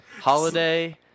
Holiday